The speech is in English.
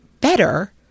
better